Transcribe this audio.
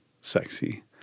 sexy